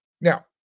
Now